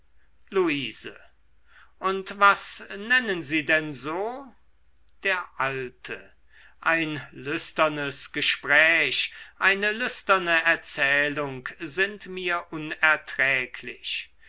luise und was nennen sie denn so der alte ein lüsternes gespräch eine lüsterne erzählung sind mir unerträglich